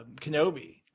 Kenobi